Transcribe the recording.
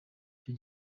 cyo